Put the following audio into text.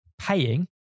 paying